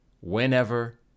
whenever